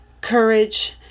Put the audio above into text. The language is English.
courage